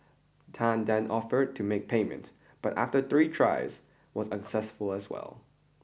Tan then offered to make payment but after three tries was unsuccessful as well